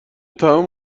تمام